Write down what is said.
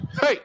hey